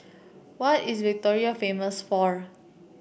what is Victoria famous for